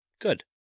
Good